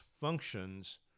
functions